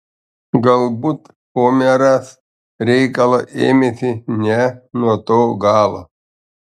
galbūt homeras reikalo ėmėsi ne nuo to galo